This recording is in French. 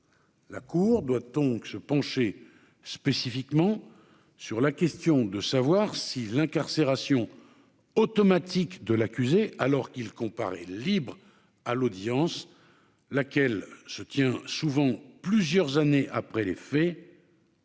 la cour doit donc se pencher spécifiquement sur la question de savoir si l'incarcération automatique de l'accusé, alors qu'il comparaît libre à l'audience, laquelle se tient souvent plusieurs années après les faits,